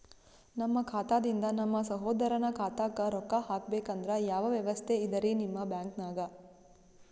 ನಮ್ಮ ಖಾತಾದಿಂದ ನಮ್ಮ ಸಹೋದರನ ಖಾತಾಕ್ಕಾ ರೊಕ್ಕಾ ಹಾಕ್ಬೇಕಂದ್ರ ಯಾವ ವ್ಯವಸ್ಥೆ ಇದರೀ ನಿಮ್ಮ ಬ್ಯಾಂಕ್ನಾಗ?